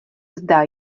zda